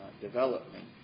development